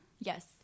Yes